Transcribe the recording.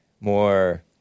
more